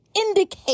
indicate